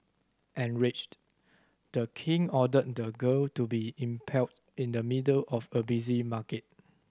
enraged The King ordered the girl to be impaled in the middle of a busy market